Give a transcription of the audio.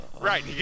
Right